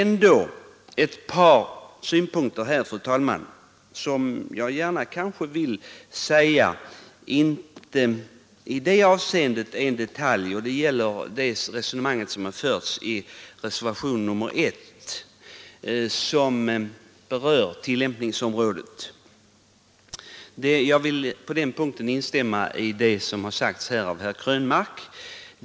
Så ett par synpunkter, fru talman, som inte avser detaljer. Det gäller först det resonemang som förs i reservationen 1 rörande tillämpningsområdet. Jag vill på den punkten instämma i det som har sagts här av herr Krönmark.